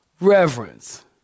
Reverence